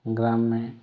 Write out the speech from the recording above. ग्राम में